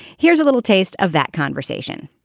here's a little taste of that conversation.